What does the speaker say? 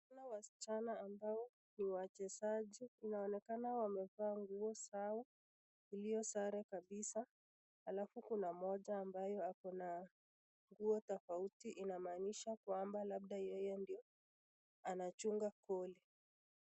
Kuna wasichana ambao ni wachezaji .Inaonekana wamevaa nguo zao, iliyo sare kabisa alafu kuna mmoja ambaye ako na nguo tofauti ambayo inamaanisha labda yeye ndiye anachunga goli.